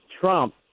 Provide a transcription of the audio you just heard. Trump